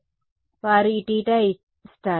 కాబట్టి వారు ఈ తీటా ఇస్తారు